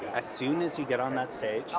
as soon as you get on that stage,